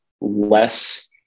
less